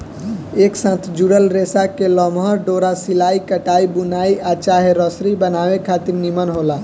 एक साथ जुड़ल रेसा के लमहर डोरा सिलाई, कढ़ाई, बुनाई आ चाहे रसरी बनावे खातिर निमन होला